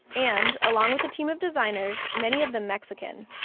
and, along with a team of designers, many of them mexican,